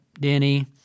Denny